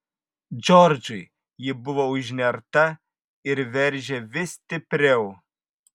džordžui ji buvo užnerta ir veržė vis stipriau